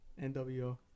NWO